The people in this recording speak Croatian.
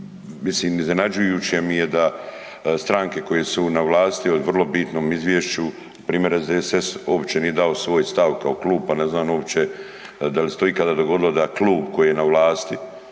mislim iznenađujuće mi je da stranke koje su na vlasti o vrlo bitnom izvješću, primjer SDSS, uopće nije dao svoj stav kao klub pa ne znam uopće da li se to ikada dogodilo, da klub koji je na vlasti,